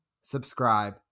subscribe